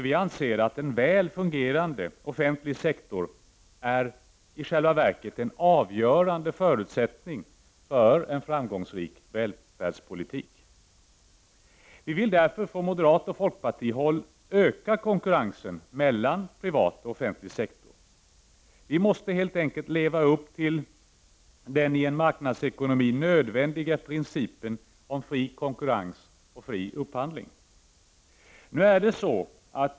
Vi anser att en väl fungerande offentlig sektor i själva verket är en avgörande förutsättning för en framgångsrik välfärdspolitik. Vi vill därför från moderatoch folkpartihåll öka konkurrensen mellan privat och offentlig sektor. Vi måste helt enkelt leva upp till den i en marknadsekonomi nödvändiga principen om fri konkurrens och fri upphandling.